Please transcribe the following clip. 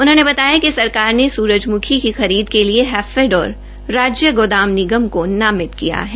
उन्होने बताया कि सरकार ने सूरजमुखी की खरीद के लिए हैफेड और राज्य गोदाम निगम को नामित किया है